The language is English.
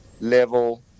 level